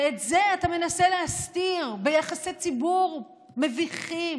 ואת זה אתה מנסה להסתיר ביחסי ציבור מביכים,